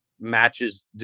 matches